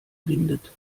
windet